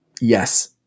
Yes